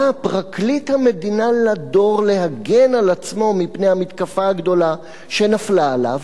בא פרקליט המדינה לדור להגן על עצמו מפני המתקפה הגדולה שנפלה עליו,